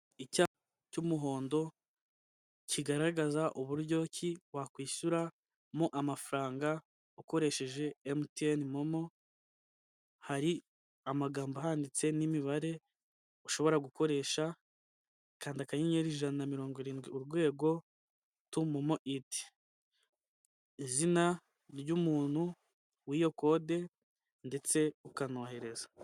Icyapa cy'umuhondo kigaragaza uburyo ki wakwishyuramo amafaranga ukoresheje mtn momo ,hari amagambo ahanditse n'imibare ushobora gukoresha. Kanda akanyenyeri ijana na mirongo irindwi urwego tu momo iti izina ry'umuntu w'iyo code ndetse ukanohereza.